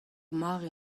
mare